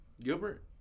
Gilbert